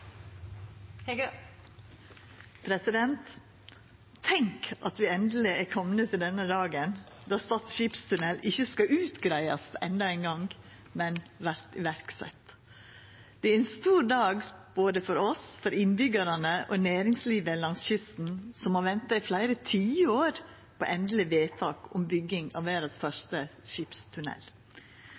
komne til denne dagen då Stad skipstunnel ikkje skal utgreiast endå ein gong, men vert sett i verk. Det er ein stor dag både for oss, for innbyggjarane og for næringslivet langs kysten, som har venta i fleire tiår på eit endeleg vedtak om bygging av verdas første